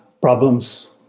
problems